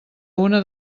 una